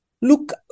Look